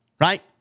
right